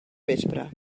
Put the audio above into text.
vespre